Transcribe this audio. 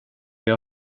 jag